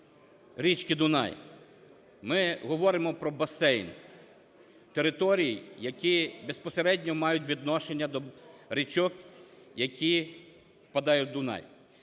річки Дунай. Ми говоримо про басейн територій, які безпосередньо мають відношення до річок, які впадають в Дунай.